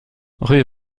rue